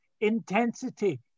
intensity